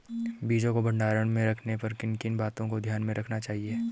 बीजों को भंडारण में रखने पर किन किन बातों को ध्यान में रखना चाहिए?